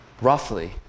roughly